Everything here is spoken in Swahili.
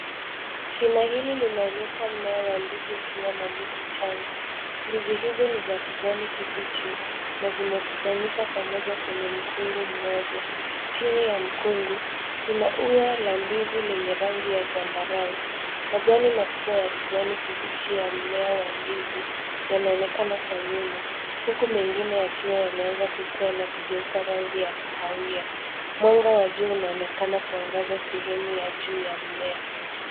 Shina hili linaonyesha mmea wa ndizi ukiwa na ndizi changa. Ndizi hizi ni za kijani kibichi na zimekusanyika pamoja kwenye mkungu mmoja. Chini ya mkungu kuna ua la ndizi lenye rangi ya zambarau. Majani makubwa ya kijani kibichi ya mmea wa ndizi yanaonekana kwa nyuma, huku mengine yakiwa yameanza kukua na kugeuka rangi ya kahawia. Mwanga wa jua unaonekana kuangaza sehemu ya juu ya mmea.